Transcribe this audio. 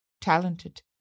Talented